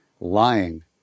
lying